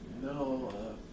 No